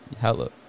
Hello